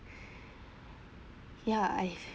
yeah I